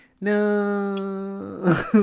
No